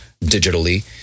digitally